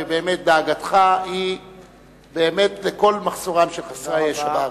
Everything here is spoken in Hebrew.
ובאמת דאגתך היא לכל מחסורם של חסרי הישע בארץ.